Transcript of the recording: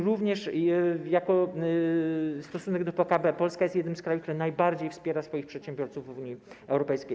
Również jeśli chodzi o stosunek do PKB, Polska jest jednym z krajów, które najbardziej wspierają swoich przedsiębiorców, w Unii Europejskiej.